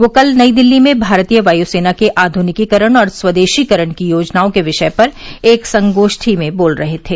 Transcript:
वह कल नई दिल्ली में भारतीय वायुसेना के आधुनिकीकरण और स्वदेशीकरण की योजनाओं के विषय पर एक संगोष्ठी में बोल रहे थे